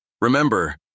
Remember